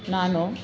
ನಾನು